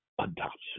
adoption